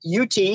UT